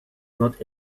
not